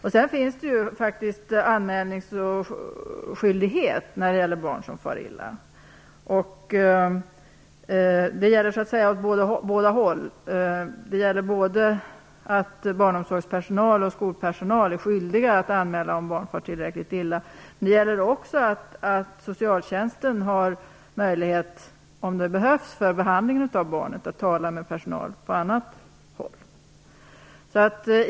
Vidare gäller faktiskt anmälningsskyldighet för barn som far illa. Det gäller åt båda hållen - både barnomsorgspersonal och skolpersonal är skyldiga att göra en anmälan om barn far tillräckligt illa. Men Socialtjänsten har också möjlighet, om det behövs för behandlingen av barnet, att tala med personal på annat håll.